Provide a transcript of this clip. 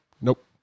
nope